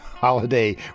holiday